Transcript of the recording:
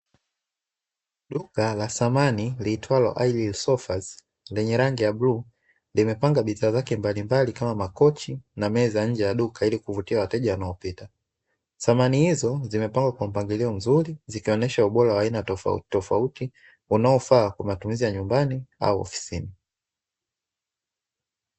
Duka la samani liitwalo Irene sofas, lenye rangi ya bluu, limepanga bidhaa zake mbalimbali kama makochi na meza nje ya duka, ili kuvutia wateja wanaopita. Samani hizo zimepangwa kwa mpangilio mzuri, zikionyesha ubora tofautitofauti unaofaa kwa matumizi ya nyumbani, au ofisini.